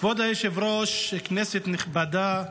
כבוד היושב-ראש, כנסת נכבדה,